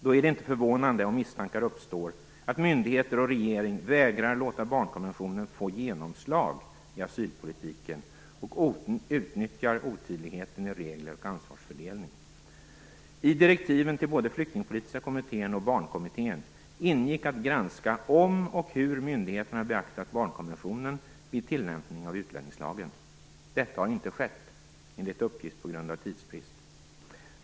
Då är det inte förvånande om misstankar uppstår att myndigheter och regering vägrar låta barnkonventionen få genomslag i asylpolitiken och utnyttjar otydligheten i regler och ansvarsfördelning. I direktiven till både Flyktingpolitiska kommittén och Barnkommittén ingick att granska om och hur myndigheterna beaktat barnkonventionen vid tillämpning av utlänningslagen. Detta har inte skett - enligt uppgift på grund av tidsbrist.